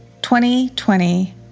2020